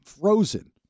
frozen